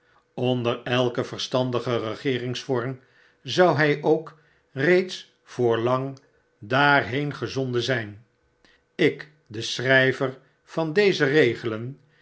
onder elken verstandigen regeeringsvorm zou hyook reeds voorlang daarheen gezonden zyn ik de schryver dezer regelen